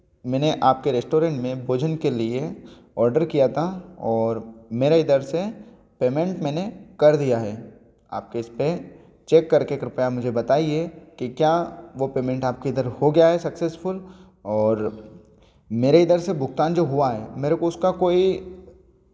मैंने आपके रेस्टॉरेंट में भोजन के लिए ऑर्डर किया था और मेरे इधर से पेमेंट मैंने कर दिया है आपके इस पर चेक करके कृपया मुझे बताइए कि क्या वो पेमेंट आप इधर हो गया है सक्सेसफुल और मेरे इधर से भुगतान जो हुआ है मेरे को उसका कोई